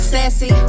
Sassy